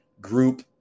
group